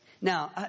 Now